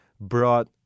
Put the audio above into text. brought